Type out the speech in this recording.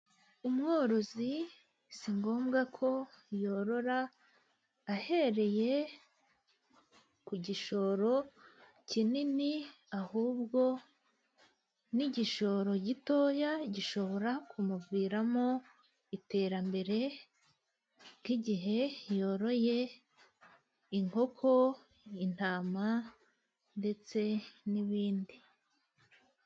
Umworozi si ngombwa ko yorora ahereye ku gishoro kinini, ahubwo n'igishoro gitoya gishobora kumuviramo iterambere, nk'igihe yoroye inkoko, intama ndetse n'ibindi.